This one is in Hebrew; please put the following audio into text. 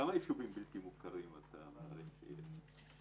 כמה יישובים בלתי מוכרים אתה מעריך שיש?